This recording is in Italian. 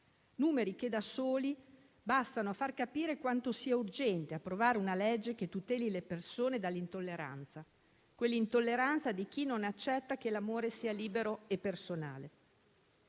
numeri che da soli bastano a far capire quanto sia urgente approvare una legge che tuteli le persone dall'intolleranza, quell'intolleranza di chi non accetta che l'amore sia libero e personale.